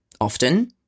Often